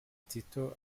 tito